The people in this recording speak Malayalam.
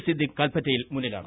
സിദ്ദിഖ് കൽപ്പറ്റയിൽ മുന്നിലാണ്